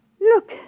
look